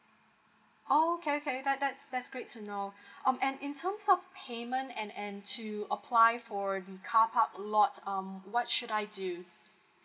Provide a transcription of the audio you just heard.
oh okay okay that that's that's great to know um and in terms of payment and and to apply for the car park lot um what should I do